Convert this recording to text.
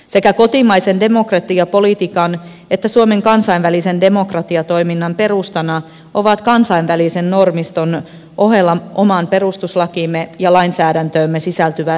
sekä kotimaisen demokratiapolitiikan että suomen kansainvälisen demokratiatoiminnan perustana ovat kansainvälisen normiston ohella omaan perustuslakiimme ja lainsäädäntöömme sisältyvä demokratianäkemys